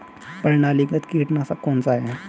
प्रणालीगत कीटनाशक कौन सा है?